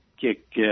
kick